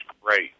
great